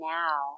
now